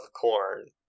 corn